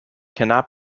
cannot